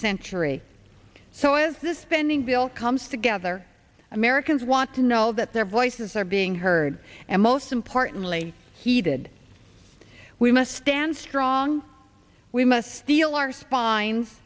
century so as the spending bill comes together americans want to know that their voices are being heard and most importantly heeded we must stand strong we must steal our spines